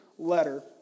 letter